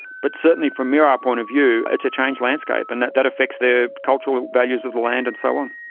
but certainly from mirarr ah point of view it's a changed landscape and that that affects their cultural values of the land and so on.